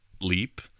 leap